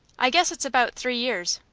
i guess it's about three years.